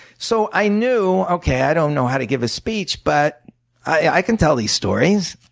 so i knew, okay, i don't know how to give a speech but i can tell these stories.